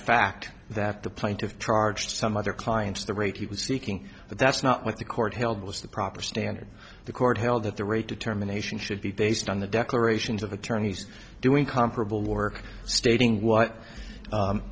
fact that the plaintiff charged some other clients the rate he was seeking but that's not what the court held was the proper standard the court held that the rate determination should be based on the declarations of attorneys doing comparable work stating what